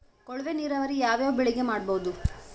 ಕೊಳವೆ ನೀರಾವರಿ ಯಾವ್ ಯಾವ್ ಬೆಳಿಗ ಮಾಡಬಹುದು?